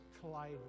collide